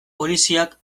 poliziak